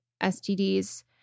STDs